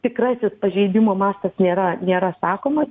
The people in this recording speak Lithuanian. tikrasis pažeidimų mastas nėra nėra sakomas